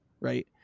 right